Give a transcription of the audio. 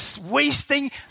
wasting